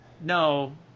no